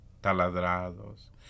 taladrados